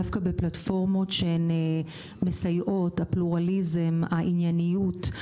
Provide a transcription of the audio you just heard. דווקא בפלטפורמות שמסייעות, הפלורליזם, הענייניות.